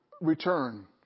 return